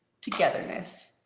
Togetherness